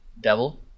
Devil